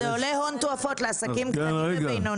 וזה עולה הון תועפות לעסקים קטנים ובינוניים,